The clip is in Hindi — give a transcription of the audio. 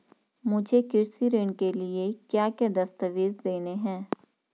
मुझे कृषि ऋण के लिए क्या क्या दस्तावेज़ देने हैं?